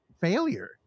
failure